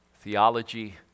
Theology